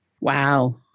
Wow